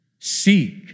Seek